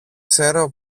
ξέρω